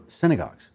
synagogues